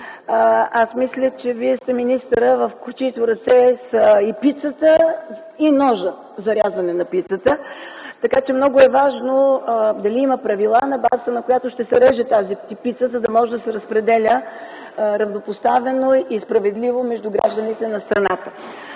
аз мисля, че Вие сте министърът, в чиито ръце са и пицата, и ножа за рязане на пицата, така че много е важно дали има правила, на базата на които ще се реже тази пица, за да може да се разпределя равнопоставено и справедливо между гражданите на страната.